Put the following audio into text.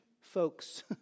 folks